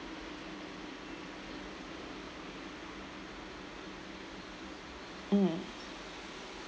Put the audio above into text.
mm